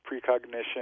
precognition